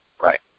Right